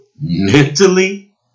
mentally